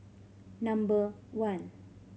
number one